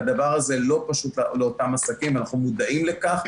והדבר זה לא פשוט לאותם עסקים, אנחנו מודעים לכך.